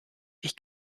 ich